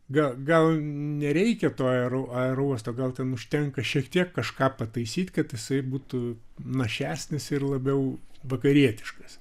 gal gal nereikia to aero aerouosto gal ten užtenka šiek tiek kažką pataisyt kad jisai būtų našesnis ir labiau vakarietiškas